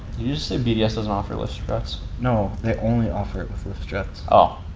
you just say bds doesn't offer lift struts? no, they only offer it with lift struts. oh.